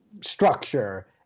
structure